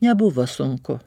nebuvo sunku